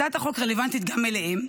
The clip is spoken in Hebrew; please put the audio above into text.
הצעת החוק רלוונטית גם אליהם,